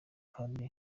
kandi